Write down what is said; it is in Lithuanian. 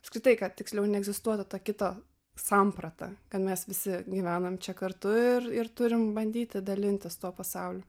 apskritai kad tiksliau neegzistuotų to kito samprata kad mes visi gyvenam čia kartu ir ir turim bandyti dalintis tuo pasauliu